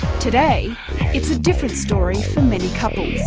today it's a different story for many couples.